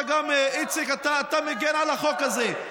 איציק, אתה מגן על החוק הזה.